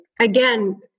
again